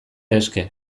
eske